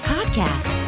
Podcast